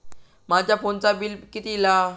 माझ्या फोनचा बिल किती इला?